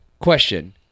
question